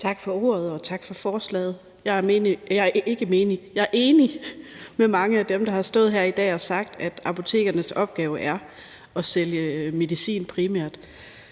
Tak for ordet, og tak for forslaget. Jeg er enig med mange af dem, der har stået her i dag og sagt, at apotekernes opgave primært er at sælge medicin.